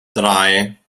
drei